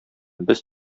без